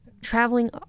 traveling